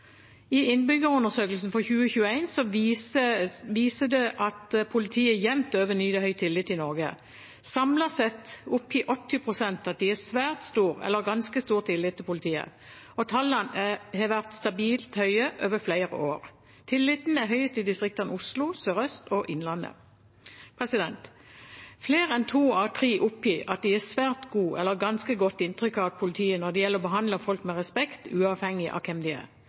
viser at politiet jevnt over nyter høy tillit i Norge. Samlet sett oppgir 80 pst. at de har svært stor eller ganske stor tillit til politiet, og tallene har vært stabilt høye over flere år. Tilliten er høyest i distriktene Oslo, Sør-Øst og Innlandet. Flere enn to av tre oppgir at de har svært godt eller ganske godt inntrykk av politiet når det gjelder å behandle folk med respekt uavhengig av hvem de er.